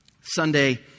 Sunday